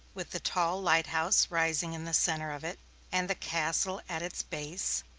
with the tall light house rising in the center of it and the castle at its base,